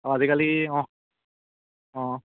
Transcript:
অঁ আজিকালি অঁ অঁ